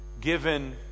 given